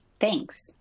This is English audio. Thanks